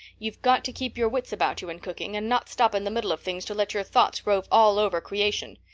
you've got to keep your wits about you in cooking and not stop in the middle of things to let your thoughts rove all over creation.